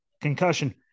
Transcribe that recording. concussion